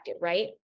right